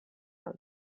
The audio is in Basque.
bat